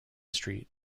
street